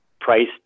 price